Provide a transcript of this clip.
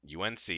UNC